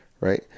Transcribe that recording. right